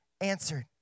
answered